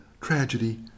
tragedy